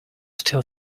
steal